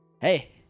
Hey